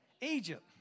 Egypt